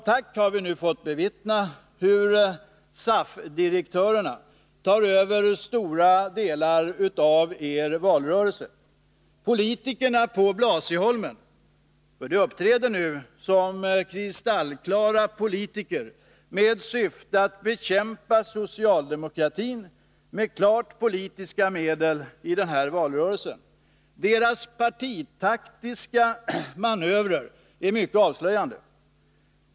Vi har nu fått bevittna hur SAF-direktörerna som tack tar över stora delar av er valrörelse och blir politikerna på Blasieholmen. De uppträder nu som kristallklara politiker med syfte att bekämpa socialdemokratin med klart politiska medel i den här valrörelsen. Deras partitaktiska manövrer är mycket avslöjande.